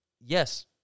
Yes